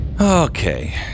Okay